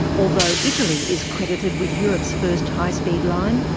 although italy is credited with europe's first high speed line,